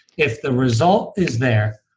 if the result is there,